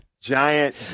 Giant